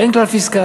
אין כלל פיסקלי,